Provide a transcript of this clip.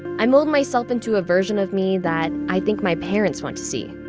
i mold myself into a version of me that i think my parents want to see.